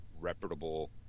reputable